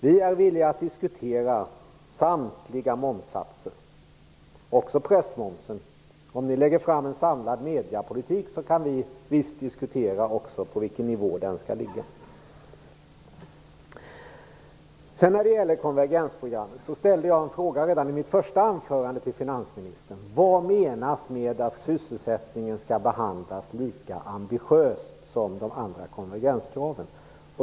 Vi är villiga att diskutera samtliga momssatser, också pressmomsen. Om ni lägger fram en samlad mediepolitik, kan vi visst vara med och diskutera på vilken nivå momsen skall ligga. När det sedan gäller konvergensprogrammet ställde jag till finansministern redan i mitt första anförande frågan vad som menas med att sysselsättningen skall behandlas lika ambitiöst som de andra konvergenskraven.